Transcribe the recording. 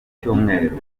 cyumweru